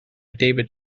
david